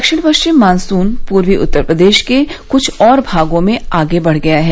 दक्षिण पश्चिम मानसून पूर्वी उत्तर प्रदेश के कुछ और भागों में आगे बढ़ गया है